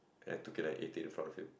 and I took it and eat it in front of him